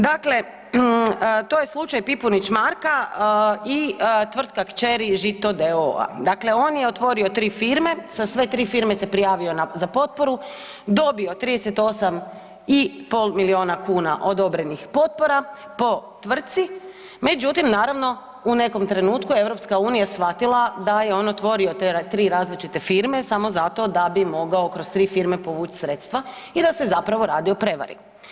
Dakle, to je slučaj Pipunić Marka i tvrtka kćeri Žito d.o.o.-a. Dakle on je otvorio tri firme, sa sve tri firme se prijavio za potporu, dobio 38 i pol milijuna kuna odobrenih potpora po tvrtci, međutim naravno, u nekom trenutku, EU je shvatila da je on otvorio tri različite firme samo zato da bi mogao kroz tri firme povuć sredstva i da se zapravo radi o prevari.